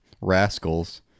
rascals